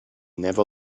never